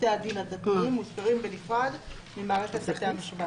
בתי הדין הדתיים מוזכרים בנפרד ממערכת בתי המשפט.